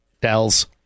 Dells